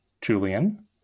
Julian